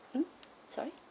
mm sorry